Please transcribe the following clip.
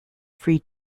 free